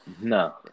No